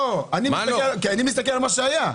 לא, כי אני מסתכל על מה שהיה.